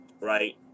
right